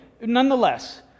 Nonetheless